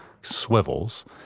swivels